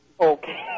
Okay